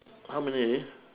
how many already